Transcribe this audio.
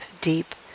deep